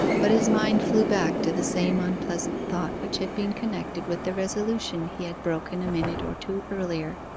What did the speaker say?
but his mind flew back to the same unpleasant thought which had been connected with the resolution he had broken a minute or two earlier.